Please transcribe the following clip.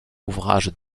ouvrages